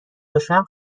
باشم